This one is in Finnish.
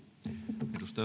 arvoisa